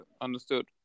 understood